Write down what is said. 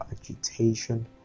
agitation